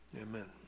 Amen